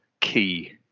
key